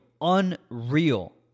unreal